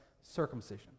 circumcision